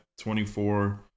24